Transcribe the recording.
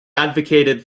advocated